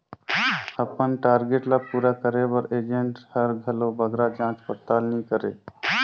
अपन टारगेट ल पूरा करे बर एजेंट हर घलो बगरा जाँच परताल नी करे